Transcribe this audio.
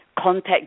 contact